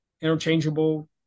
interchangeable